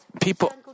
people